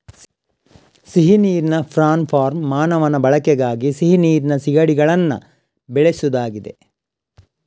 ಸಿಹಿ ನೀರಿನ prawn farm ಮಾನವನ ಬಳಕೆಗಾಗಿ ಸಿಹಿ ನೀರಿನ ಸೀಗಡಿಗಳನ್ನ ಬೆಳೆಸುದಾಗಿದೆ